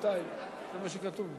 רבותי, זה מה שכתוב לי.